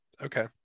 Okay